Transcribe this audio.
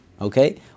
Okay